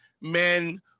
men